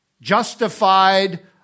justified